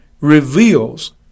reveals